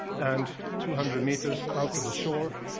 and two hundred meters out of the shore,